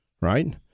Right